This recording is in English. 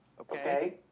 Okay